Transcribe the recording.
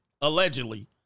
Allegedly